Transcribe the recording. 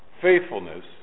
faithfulness